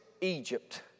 Egypt